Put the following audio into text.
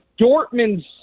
Dortmund